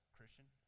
Christian